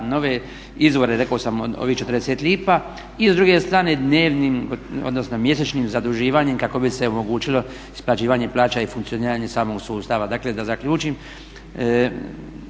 nove izvore, rekao sam od ovih 40 lipa. I s druge strane dnevnim odnosno mjesečnim zaduživanjem kako bi se omogućilo usklađivanje plaća i funkcioniranje samog sustava. Dakle da zaključim,